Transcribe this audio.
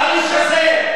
האיש הזה,